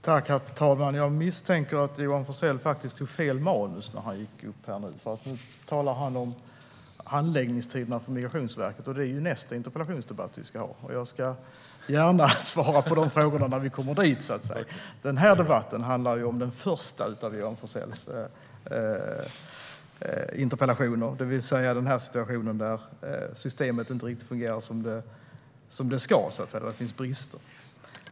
Herr talman! Jag misstänker att Johan Forssell har tagit fel manus. Han talar nämligen om handläggningstiderna på Migrationsverket. Det ska vi tala om i nästa interpellationsdebatt. Och jag svarar gärna på de frågorna när vi kommer dit. Men den här debatten handlar om den första av Johan Forssells interpellationer, det vill säga om situationen där systemet inte riktigt fungerar som det ska, att det finns brister.